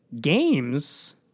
games